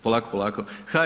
Polako, polako.